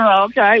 Okay